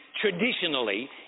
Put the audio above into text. traditionally